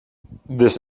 this